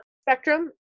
spectrum